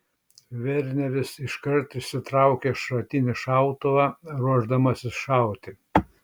verneris iškart išsitraukia šratinį šautuvą ruošdamasis šauti